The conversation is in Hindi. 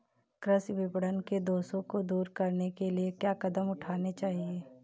कृषि विपणन के दोषों को दूर करने के लिए क्या कदम उठाने चाहिए?